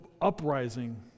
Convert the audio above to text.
uprising